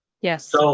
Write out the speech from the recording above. Yes